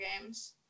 games